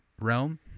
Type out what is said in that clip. realm